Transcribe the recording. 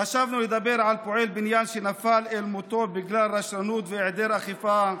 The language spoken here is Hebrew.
חשבנו לדבר על פועל בניין שנפל אל מותו בגלל רשלנות והיעדר אכיפה,